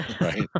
right